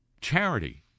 Charity